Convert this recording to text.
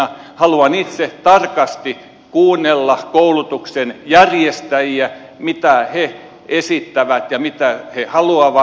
haluan itse tarkasti kuunnella koulutuksen järjestäjiä mitä he esittävät ja mitä he haluavat